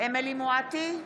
אמילי חיה מואטי,